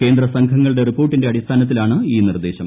കേന്ദ്ര സംഘങ്ങളുടെ റിപ്പോർട്ടിന്റെ അടിസ്ഥാനത്തിലാണ് ഈ നിർദ്ദേശം